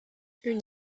une